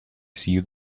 see